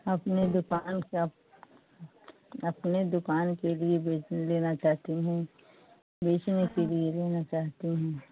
अपनी दुकान के आप अपनी दुकान के लिए बेच लेना चाहती हैं बेचने के लिए लेना चाहती हैं